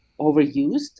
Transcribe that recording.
overused